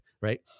Right